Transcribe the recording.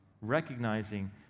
recognizing